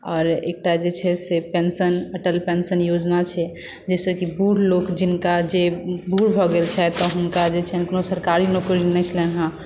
आओर एकटा जे छै से पेंशन अटल पेंशन योजना छै जाहिसँ कि बूढ लोक जिनका जे बूढ भऽ गेल छथि तऽ हुनका जे छनि कोनो सरकारी नौकरी नहि छलनि हं